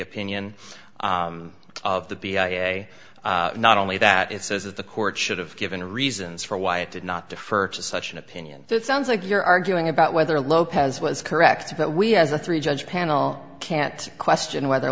opinion of the b i a not only that it says that the court should have given reasons for why it did not defer to such an opinion it sounds like you're arguing about whether lopez was correct that we as a three judge panel can't question whether